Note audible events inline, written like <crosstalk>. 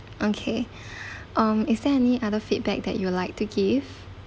okay <breath> um is there any other feedback that you'd like to give